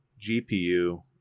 GPU